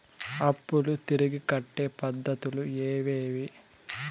అప్పులు తిరిగి కట్టే పద్ధతులు ఏవేవి